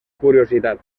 curiositat